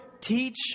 teach